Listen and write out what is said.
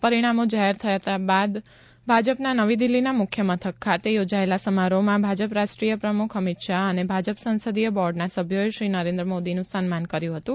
પરિણામો જાહેર થયા બાદ ભાજપના નવી દિલ્હીના મુખ્ય મથક ખાતે યોજાયેલા સમારોહમાં ભાજપ રાષ્ટ્રીય પ્રમુખ અમિત શાહ અને ભાજપ સંસદીય બોર્ડના સભ્યોએ શ્રી નરેન્દ્ર મોદીનું સન્માન કર્યું હતું